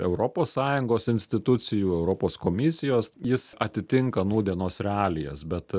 europos sąjungos institucijų europos komisijos jis atitinka nūdienos realijas bet